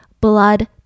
blood